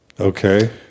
Okay